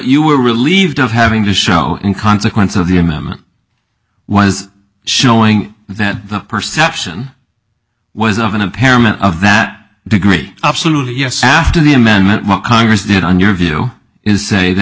you were relieved of having to show in consequence of the amendment was showing that the perception was of an impairment of that degree absolutely yes after the amendment what congress did on your view is say that